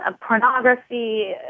pornography